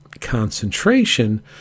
concentration